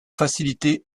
faciliter